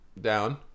down